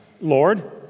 Lord